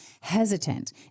hesitant